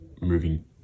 moving